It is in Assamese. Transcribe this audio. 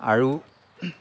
আৰু